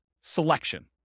selection